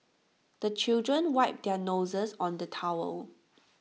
the children wipe their noses on the towel